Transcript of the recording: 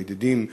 הידידים,